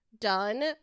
done